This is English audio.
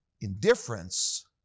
Indifference